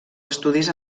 estudis